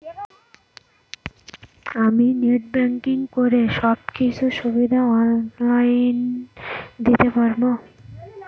আমি net banking করে সব কিছু সুবিধা অন লাইন দিতে পারবো?